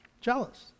Jealous